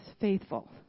faithful